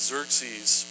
Xerxes